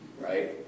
right